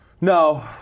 No